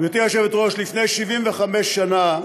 גברתי היושבת-ראש, לפני 75 שנה,